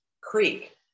creek